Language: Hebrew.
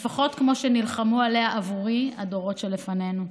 לפחות כמו שנלחמו עליה עבורי הדורות שלפנינו.